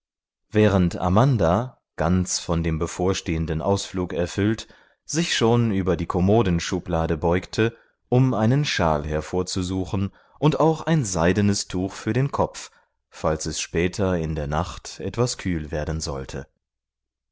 während amanda ganz von dem bevorstehenden ausflug erfüllt sich schon über die kommodenschublade beugte um einen schal hervorzusuchen und auch ein seidenes tuch für den kopf falls es später in der nacht etwas kühl werden sollte